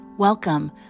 Welcome